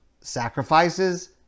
sacrifices